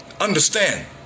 Understand